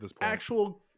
actual